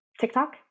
TikTok